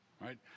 Right